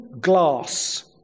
glass